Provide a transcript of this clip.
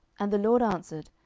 and the lord answered,